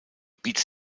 beats